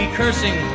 cursing